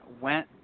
went